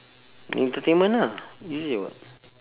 entertainment lah easy [what]